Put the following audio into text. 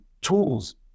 tools